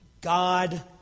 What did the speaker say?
God